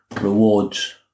rewards